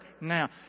now